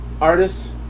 artists